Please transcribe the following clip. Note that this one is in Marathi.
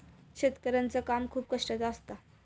शेतकऱ्याचा काम खूप कष्टाचा असता